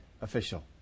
official